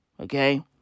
Okay